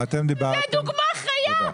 זו דוגמה חיה.